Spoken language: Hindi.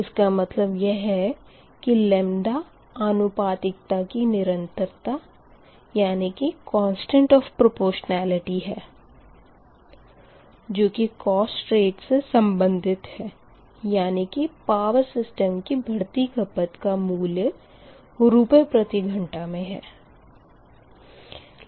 इसका मतलब यह है की लेमदा आनुपातीकता की निरंतरता है जो की कोस्ट रेट से संबंधित है यानी कि पावर सिस्टम की बढ़ती खपत का मूल्य रुपए प्रति घंटा मे है